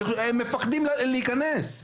הם מפחדים להיכנס.